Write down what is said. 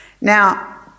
Now